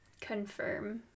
confirm